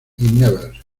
nevers